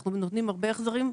אנחנו נותנים הרבה מאוד החזרים.